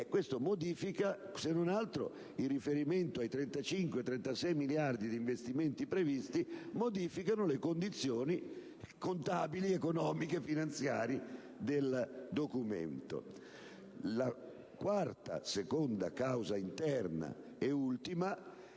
Questo modifica, se non altro in riferimento ai circa 36 miliardi di investimenti previsti, le condizioni contabili, economiche e finanziarie del Documento. La quarta, e ultima causa interna, è